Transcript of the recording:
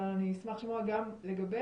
אני אשמח לשמוע גם לגביה,